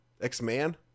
x-man